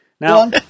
Now